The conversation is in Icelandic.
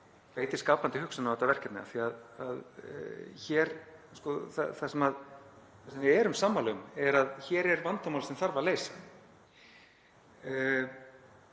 beiti skapandi hugsun í þessu verkefni. Það sem við erum sammála um er að hér er vandamál sem þarf að leysa.